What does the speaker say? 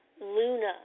Luna